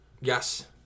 Yes